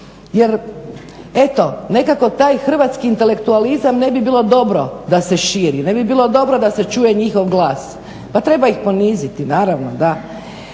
Jer eto nekako taj hrvatski intelektualizam ne bi bilo dobro da se širi, ne bi bilo dobro da čuje njihov glas. Pa treba ih poniziti naravno, da.